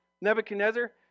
Nebuchadnezzar